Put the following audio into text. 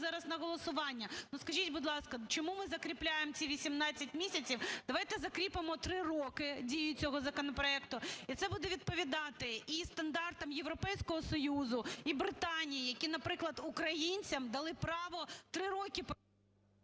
зараз на голосування. Скажіть, будь ласка, чому ми закріпляємо ці 18 місяців? Давайте закріпимо три роки, дію цього законопроекту і це буде відповідати і стандартам Європейського Союзу, і Британії, які, наприклад, українцям дали право три роки…